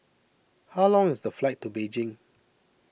how long is the flight to Beijing